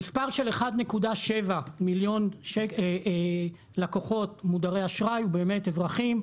המספר של 1.7 מיליון לקוחות מודרי אשראי הוא אזרחים,